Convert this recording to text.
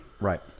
Right